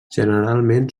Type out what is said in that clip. generalment